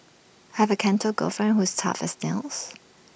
have A Canto girlfriend who's tough as nails